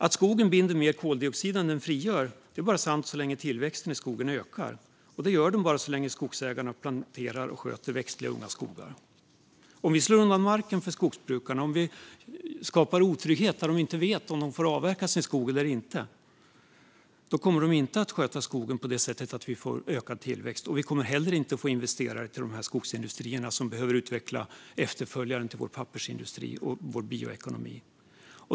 Att skogen binder mer koldioxid än den frigör är bara sant så länge tillväxten i skogen ökar. Och det gör den bara så länge skogsägarna planterar och sköter växtliga unga skogar. Om vi slår undan benen för skogsbrukarna och skapar otrygghet genom att de inte vet om de får avverka sin skog eller inte kommer de inte att sköta skogen på ett sådant sätt att vi får ökad tillväxt. Vi kommer inte heller att få investerare till skogsindustrierna, som behöver utveckla efterföljaren till vår pappersindustri liksom vår bioekonomi.